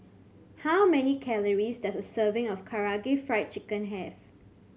how many calories does a serving of Karaage Fried Chicken have